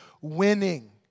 winning